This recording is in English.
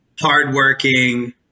hardworking